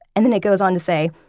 and then it goes on to say,